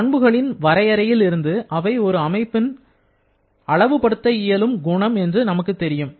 பண்புகளின் வரையறையில் இருந்து அவை ஒரு அமைப்பின் அழகு படுத்த இயலும் குணம் என்று நமக்கு தெரியும்